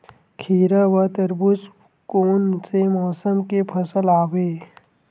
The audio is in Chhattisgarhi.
खीरा व तरबुज कोन से मौसम के फसल आवेय?